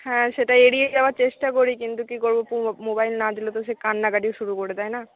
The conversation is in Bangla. হ্যাঁ সেটাই এড়িয়ে যাওয়ার চেষ্টা করি কিন্তু কি করবো মোবাইল না দিলে তো সে কান্নাকাটি শুরু করে দেয় না